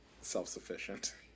self-sufficient